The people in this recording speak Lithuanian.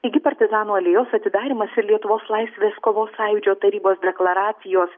taigi partizanų alėjos atidarymas ir lietuvos laisvės kovos sąjūdžio tarybos deklaracijos